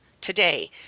today